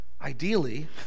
Ideally